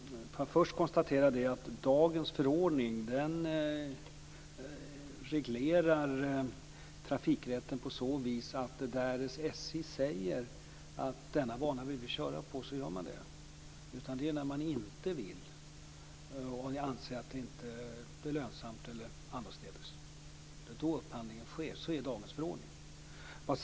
Fru talman! Låt mig först konstatera att dagens förordning reglerar trafikrätten på så vis att när SJ säger att man vill köra på en bana så gör man det. Det är när man inte vill och inte anser att det är lönsamt som upphandling sker. Så är dagens förordning.